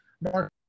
Mark